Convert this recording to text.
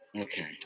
okay